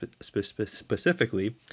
specifically